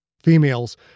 Females